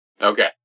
Okay